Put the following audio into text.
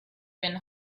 been